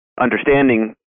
understanding